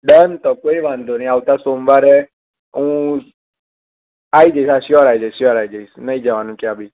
done તો કોઈ વાંધો નહીં આવતા સોમવારે હું આવી જઈશ હા સ્યોર આવી જઈશ સ્યોર આવી જઈશ નહીં જવાનું ક્યાંય બી